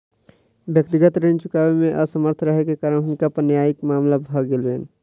व्यक्तिगत ऋण चुकबै मे असमर्थ रहै के कारण हुनका पर न्यायिक मामला भ गेलैन